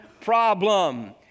problem